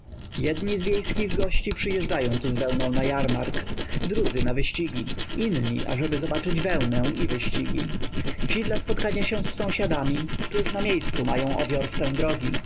jedni z wiejskich gości przyjeżdżają tu z wełną na jarmark drudzy na wyścigi inni ażeby zobaczyć wełnę i wyścigi ci dla spotkania się z sąsiadami których na miejscu mają o wiorstę drogi